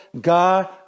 God